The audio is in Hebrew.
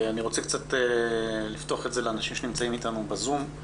אני רוצה קצת לפתוח את זה לאנשים שנמצאים איתנו ב"זום".